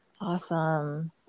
Awesome